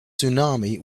tsunami